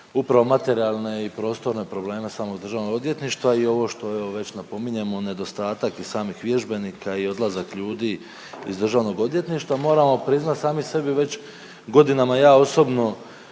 upravo materijalne i prostorne probleme samog Državnog odvjetništva i ovo što evo već napominjemo nedostatak i samih vježbenika i odlazak ljudi iz Državnog odvjetništva. Moramo priznati sami sebi već godinama ja osobno